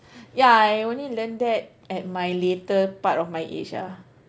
yeah I only learn that at my later part of my age ah